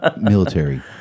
Military